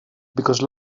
because